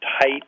tight